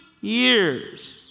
years